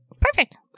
Perfect